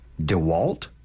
DeWalt